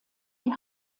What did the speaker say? die